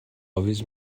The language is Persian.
اویز